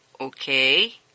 Okay